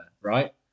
right